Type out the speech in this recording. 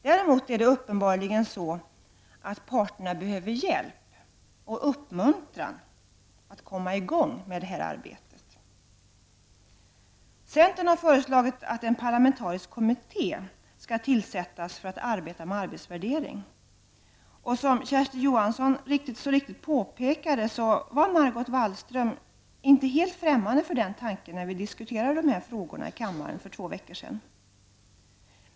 Däremot är det uppenbarligen så, att parterna behöver hjälp och uppmuntran när det gäller att komma i gång med det här arbetet. Centern har föreslagit att en parlamentarisk kommitté skall tillsättas för att arbeta med arbetsvärdering. Som Kersti Johansson mycket riktigt påpekade var Margot Wallström inte helt främmande för den tanken när dessa frågor diskuterades här i kammaren för två veckor sedan.